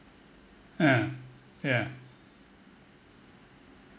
hmm yeah